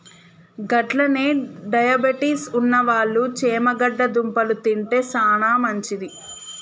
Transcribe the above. గట్లనే డయాబెటిస్ ఉన్నవాళ్ళు చేమగడ్డ దుంపలు తింటే సానా మంచిది